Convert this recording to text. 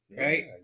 right